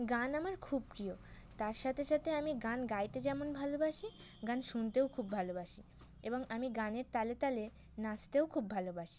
গান আমার খুব প্রিয় তার সাথে সাথে আমি গান গাইতে যেমন ভালোবাসি গান শুনতেও খুব ভালোবাসি এবং আমি গানের তালে তালে নাচতেও খুব ভালোবাসি